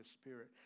spirit